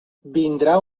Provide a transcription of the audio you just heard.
vindrà